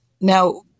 Now